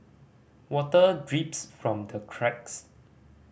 water drips from the cracks